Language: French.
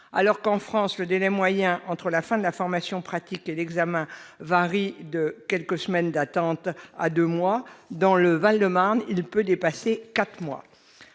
Alors qu'en France le délai moyen entre la fin de la formation pratique et l'examen varie de quelques semaines d'attente à deux mois, il peut dépasser quatre mois